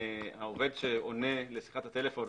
העובד שעונה לטלפון,